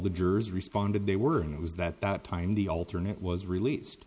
the jurors responded they were and it was that that time the alternate was released